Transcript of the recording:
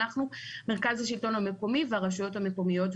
אנחנו מרכז השלטון המקומי והרשויות המקומיות.